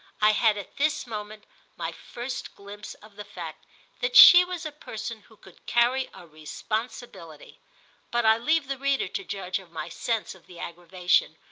i had at this moment my first glimpse of the fact that she was a person who could carry a responsibility but i leave the reader to judge of my sense of the aggravation,